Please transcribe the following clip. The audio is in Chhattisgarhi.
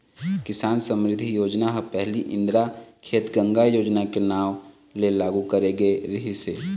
किसान समरिद्धि योजना ह पहिली इंदिरा खेत गंगा योजना के नांव ले लागू करे गे रिहिस हे